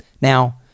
Now